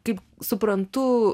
kaip suprantu